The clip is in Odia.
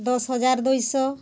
ଦଶ ହଜାର ଦୁଇଶହ